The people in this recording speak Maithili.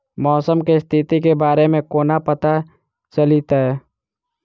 मौसम केँ स्थिति केँ बारे मे कोना पत्ता चलितै?